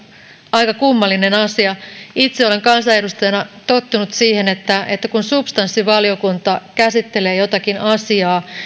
aika kummallinen asia itse olen kansanedustajana tottunut siihen että että kun substanssivaliokunta käsittelee jotakin asiaa